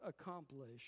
accomplish